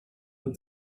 with